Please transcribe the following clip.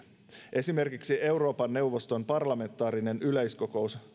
esimerkiksi euroopan neuvoston parlamentaarinen yleiskokous